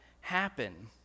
happen